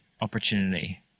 opportunity